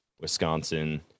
Wisconsin